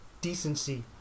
decency